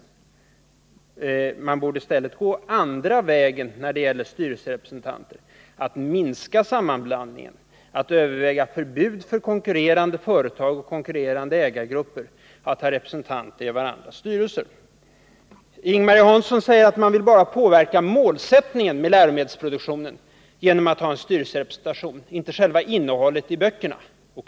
I stället borde man gå den andra vägen när det gäller styrelserepresentanter, dvs. minska sammanblandningen och överväga förbud för konkurrerande företag och konkurrerande ägargrupper att ha representanter i varandras styrelser. Ing-Marie Hansson säger att man bara vill påverka målsättningen med läromedelsproduktionen genom styrelserepresentation, inte själva innehållet i böckerna. O.K.